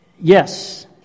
Yes